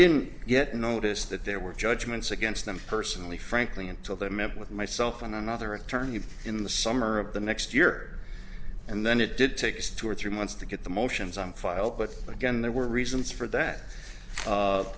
didn't get notice that there were judgments against them personally frankly until they met with myself and another attorney in the summer of the next year there and then it did take two or three months to get the motions on file but again there were reasons for that